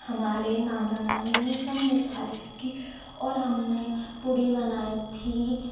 हमारे नाना नानी ने सबने तारीफ़ की और हमने पूड़ी बनाई थी